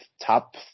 top